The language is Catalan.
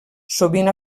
sovint